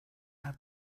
have